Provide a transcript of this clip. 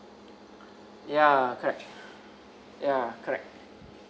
ya correct ya correct